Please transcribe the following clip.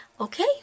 okay